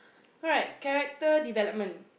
alright character development